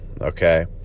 Okay